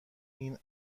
این